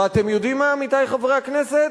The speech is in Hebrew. ואתם יודעים מה, עמיתי חברי הכנסת?